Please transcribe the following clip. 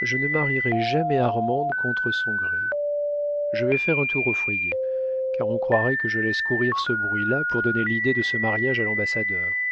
je ne marierai jamais armande contre son gré je vais faire un tour au foyer car on croirait que je laisse courir ce bruit-là pour donner l'idée de ce mariage à l'ambassadeur